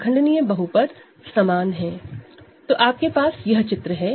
Refer Slide Time 2206 तो आपके पास यह चित्र है